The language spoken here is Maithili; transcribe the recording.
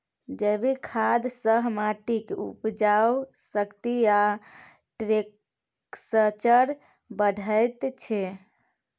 जैबिक खाद सँ माटिक उपजाउ शक्ति आ टैक्सचर बढ़ैत छै